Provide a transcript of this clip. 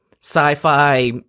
sci-fi